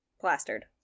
plastered